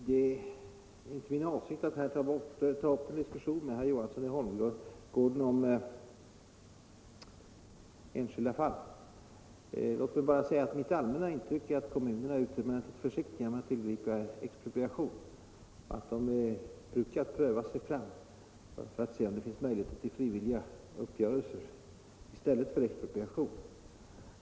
Herr talman! Det är inte min avsikt att här ta upp en diskussion med herr Johansson i Holmgården om enskilda fall. Låt mig bara säga att mitt allmänna intryck är att kommunerna är utomordentligt försiktiga med att tillgripa expropriation och att de brukar pröva sig fram för att se om det finns möjligheter till frivilliga uppgörelser i stället för expropriation.